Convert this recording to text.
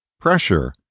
Pressure